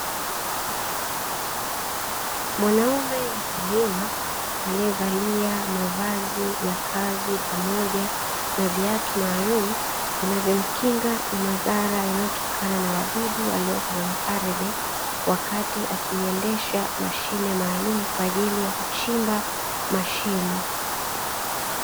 Mwanamume mkulima aliyevalia mavazi ya kazi, pamoja na viatu maalumu vinavyomkinga na madhara yanayotokana na wadudu walioko kwenye ardhi, wakati akiiendesha mashine maalumu kwa ajili ya kuchimba mashimo.